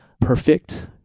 perfect